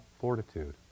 fortitude